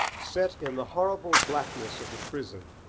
set in the horrible blackness of the prison,